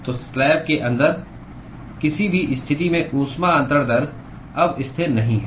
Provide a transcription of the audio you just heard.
तो स्लैब के अंदर किसी भी स्थिति में ऊष्मा अन्तरण दर अब स्थिर नहीं है